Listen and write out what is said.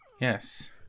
Yes